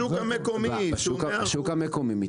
השוק המקומי.